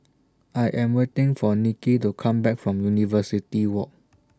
I Am waiting For Niki to Come Back from University Walk